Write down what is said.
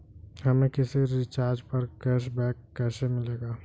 हमें किसी रिचार्ज पर कैशबैक कैसे मिलेगा?